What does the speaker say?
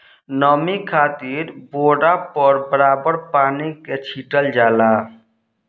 नमी खातिर बोरा पर बराबर पानी के छीटल जाला